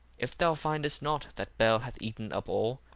if thou findest not that bel hath eaten up all,